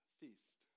feast